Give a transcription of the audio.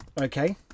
okay